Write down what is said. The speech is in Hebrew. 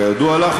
כידוע לך.